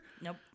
Nope